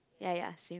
ya ya same